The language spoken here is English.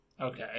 Okay